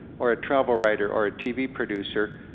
or a travel writer, or a tv producer,